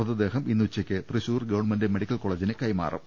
മൃതദേഹം ഇന്നുച്ചക്ക് തൃശൂർ ഗവൺമെന്റ് മെഡി ക്കൽകോളജിന് കൈമാറും